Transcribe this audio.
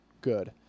good